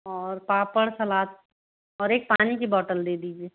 और पापड़ सलाद और एक पानी की बौटल दे दीजिए